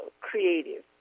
creative